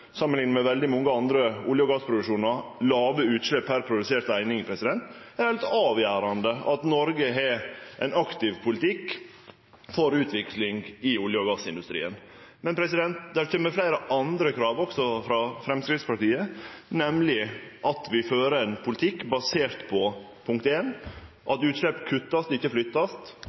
med veldig mange andre olje- og gassproduksjonar – låge utslepp per produsert eining, har ein aktiv politikk for utvikling i olje- og gassindustrien. Men det kjem også fleire andre krav frå Framstegspartiet, nemleg at vi fører ein politikk basert på at utslepp vert kutta, ikkje